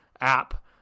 app